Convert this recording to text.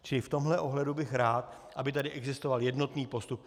Čili v tomhle ohledu bych rád, aby tady existoval jednotný postup.